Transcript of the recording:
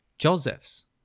Joseph's